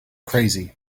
crazy